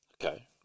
Okay